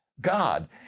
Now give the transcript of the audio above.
God